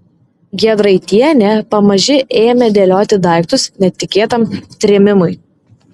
giedraitienė pamaži ėmė dėlioti daiktus netikėtam trėmimui